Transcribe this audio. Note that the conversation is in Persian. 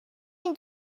نمی